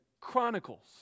Chronicles